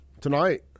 tonight